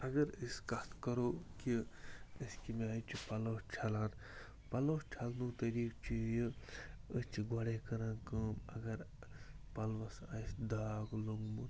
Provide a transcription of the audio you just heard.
اگر أسۍ کَتھ کَرو کہِ أسۍ کَمہِ آیہِ چھِ پَلوٚو چھلان پَلوٚو چھلنُک طریٖقہٕ چھُ یہِ أسۍ چھِ گۄڈٔے کَران کٲم اَگر ٲں پَلوَس آسہِ داغ لوٚگمُت